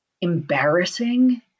embarrassing